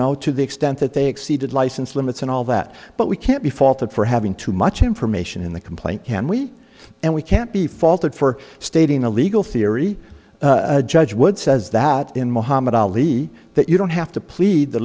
know to the extent that they exceeded license limits and all that but we can't be faulted for having too much information in the complaint can we and we can't be faulted for stating a legal theory a judge would says that in mohammad ali that you don't have to plead the